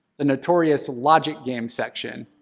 the notorious logic games section,